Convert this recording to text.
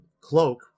Cloak